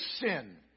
sin